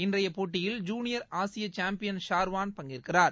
இன்றையப் போட்டியில் ஜுனியர் ஆசிய சேம்பியன் ஷார்வான் பங்கேற்கிறார்